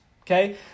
Okay